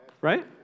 Right